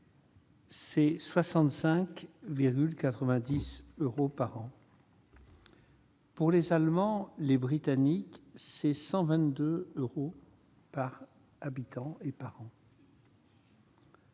C'est 65,90 euros par an. Pour les Allemands, les Britanniques, ces 122 euros. Par habitant et par an.